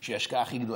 של ההשקעה הכי גדולה.